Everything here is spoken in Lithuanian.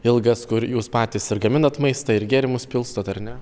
ilgas kur jūs patys ir gaminat maistą ir gėrimus pilstot ar ne